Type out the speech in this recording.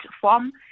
form